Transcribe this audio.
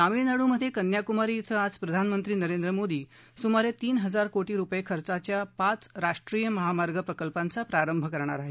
तामिळनाडूमध्ये कन्याकुमारी क्वे आज प्रधानमंत्री नरेंद्र मोदी सुमारे तीन हजार कोटी रुपये खर्चाच्या पाच राष्ट्रीय महामार्ग प्रकल्पांचा प्रारंभ करणार आहेत